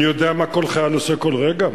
אני יודע מה כל חייל עושה כל רגע?